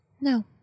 No